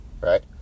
right